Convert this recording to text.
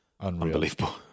Unbelievable